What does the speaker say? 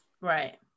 right